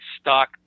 stock